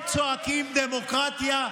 צועקים "דמוקרטיה"?